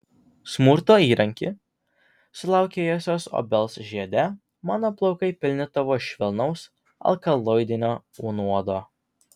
smurto įranki sulaukėjusios obels žiede mano plaukai pilni tavo švelnaus alkaloidinio nuodo